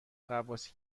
غواصی